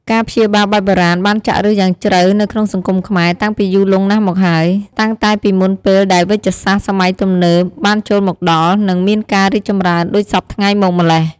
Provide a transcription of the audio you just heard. ការព្យាបាលបែបបុរាណ បានចាក់ឫសយ៉ាងជ្រៅនៅក្នុងសង្គមខ្មែរ តាំងពីយូរលង់ណាស់មកហើយ តាំងតែពីមុនពេលដែលវេជ្ជសាស្ត្រសម័យទំនើបបានចូលមកដល់ និងមានការរីកចម្រើនដូចសព្វថ្ងៃមកម៉្លេះ។